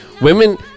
women